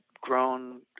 grown